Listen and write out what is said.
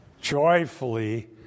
joyfully